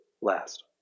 last